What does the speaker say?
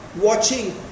watching